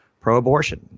pro-abortion